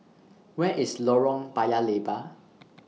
Where IS Lorong Paya Lebar